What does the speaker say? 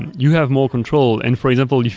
and you have more control. and for example,